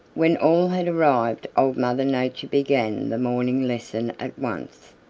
when all had arrived old mother nature began the morning lesson at once.